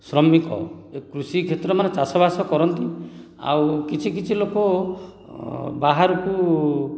ଶ୍ରମିକ ଏ କୃଷି କ୍ଷେତ୍ର ମାନେ ଚାଷବାସ କରନ୍ତି ଓ କିଛି କିଛି ଲୋକ ବାହାରକୁ